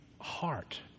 heart